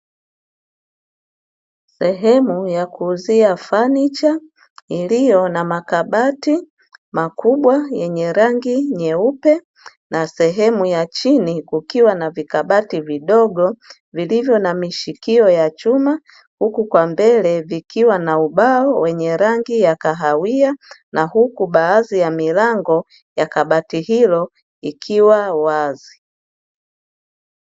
Sehemu ya kuuzia fanicha, iliyo na makabati makubwa yenye rangi nyeupe na sehemu ya chini kukiwa na vikabati vidogo, vilivyo na mishikio ya chuma huku kwa mbele vikiwa na ubao wenye rangi ya kahawia, na huku baadhi ya milango ya kabati hilo ikiwa wazi.